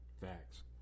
Facts